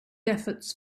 efforts